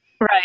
Right